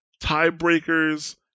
tiebreakers